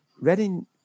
Reading